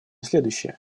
следующее